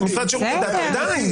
די.